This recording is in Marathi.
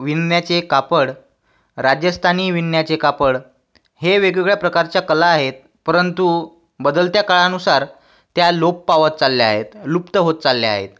विणण्याचे कापड राजस्थानी विणण्याचे कापड हे वेगवेगळ्या प्रकारच्या कला आहेत परंतु बदलत्या काळानुसार त्या लोप पावत चालल्या आहेत लुप्त होत चालल्या आहेत